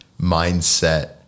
mindset